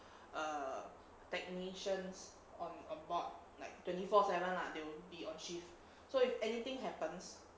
err technicians on about like twenty four seven lah they'll be on shift so if anything happens